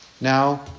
Now